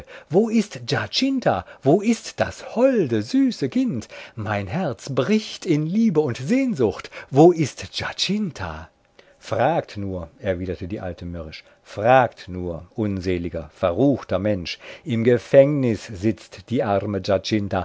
wo ist giacinta wo ist das holde süße kind mein herz bricht in liebe und sehnsucht wo ist giacinta fragt nur er widerte die alte mürrisch fragt nur unseliger verruchter mensch im gefängnis sitzt die arme